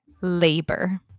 Labor